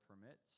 permits